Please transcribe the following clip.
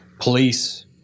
police